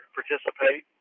participate